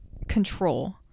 control